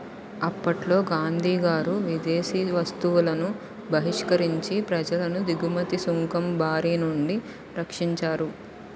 అప్పట్లో గాంధీగారు విదేశీ వస్తువులను బహిష్కరించి ప్రజలను దిగుమతి సుంకం బారినుండి రక్షించారు